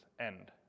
end